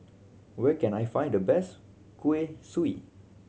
where can I find the best kueh kosui